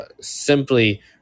simply